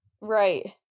Right